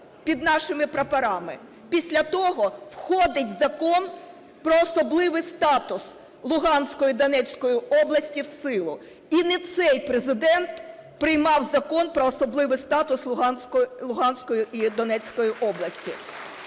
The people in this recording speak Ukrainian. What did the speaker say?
під нашими прапорами, після того входить Закон про особливий статус Луганської, Донецької області в силу. І не цей Президент приймав Закон про особливий статус Луганської і Донецької області.